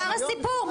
הסיפור נגמר.